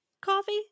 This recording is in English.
coffee